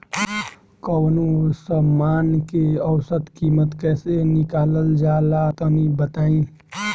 कवनो समान के औसत कीमत कैसे निकालल जा ला तनी बताई?